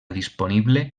disponible